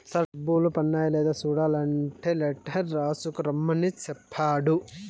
sir డబ్బులు పన్నాయ లేదా సూడలంటే లెటర్ రాసుకు రమ్మని సెప్పాడు